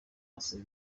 asaba